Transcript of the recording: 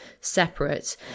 separate